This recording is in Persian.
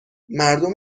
مردم